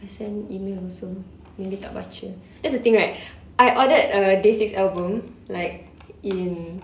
if I send an email also maybe tak baca that's the thing right I ordered a day six album like in